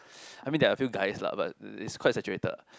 I mean there are a few guys lah but it's quite saturated ah